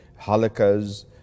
halakas